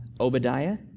Obadiah